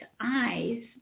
eyes